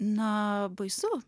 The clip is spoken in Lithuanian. na baisu